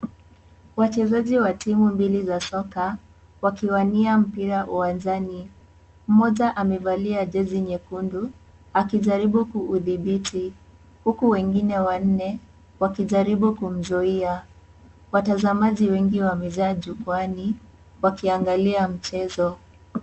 Wachezaji wa timu mbili za soka wakiwania mpira uwanjani. Mmoja amevalia jezi nyekundu akijaribu kuudhibiti huku wengine wanne wakijaribu kumzuia. Watazamaji wengi wamejaa jukwaani wakiangalia mchezo.